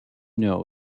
know